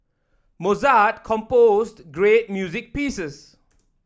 Mozart composed great music pieces